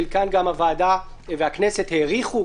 חלקן גם הוועדה והכנסת האריכו,